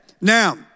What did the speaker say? now